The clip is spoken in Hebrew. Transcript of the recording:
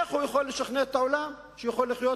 איך הוא יכול לשכנע את העולם שהוא יכול לחיות